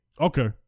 Okay